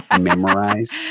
memorized